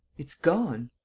it's gone.